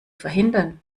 verhindern